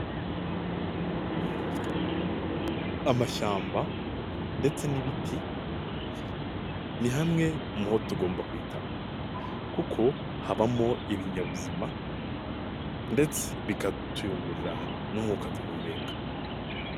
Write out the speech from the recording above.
Amashyamba ndetse n'ibiti ni hamwe mu bo tugomba kwitaho, kuko habamo ibinyabuzima ndetse bikatuyungurira n'umwuka duhumeka.